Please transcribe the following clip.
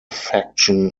faction